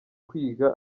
kwiga